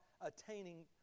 attaining